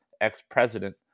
ex-president